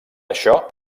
això